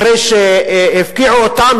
אחרי שהפקיעו אותם,